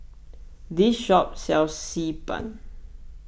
this shop sells Xi Ban